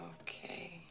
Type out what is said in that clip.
Okay